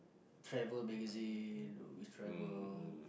travel magazine always travel